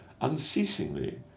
unceasingly